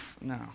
no